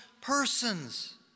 persons